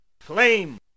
flame